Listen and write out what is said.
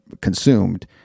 consumed